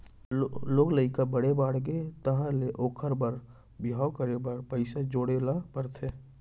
लोग लइका बड़े बाड़गे तहाँ ले ओखर बर बिहाव करे बर पइसा जोड़े ल परथे